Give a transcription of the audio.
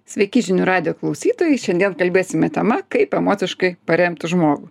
sveiki žinių radijo klausytojai šiandien kalbėsime tema kaip emociškai paremti žmogų